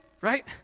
Right